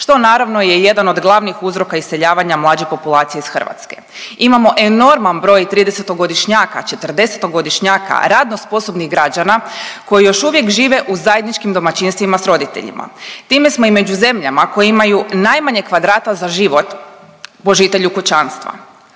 što naravno je jedan od glavnih uzroka iseljavanja mlađe populacije iz Hrvatske. Imamo enorman broj 30-godišnjaka, 40-godišnjaka, radno sposobnih građana koji još uvijek žive u zajedničkim domaćinstvima s roditeljima. Time smo i među zemljama koje imaju najmanje kvadrata za život po žitelju kućanstva,